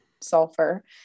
sulfur